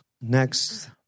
next